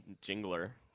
Jingler